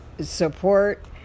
Support